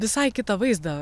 visai kitą vaizdą